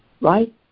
right